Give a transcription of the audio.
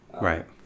Right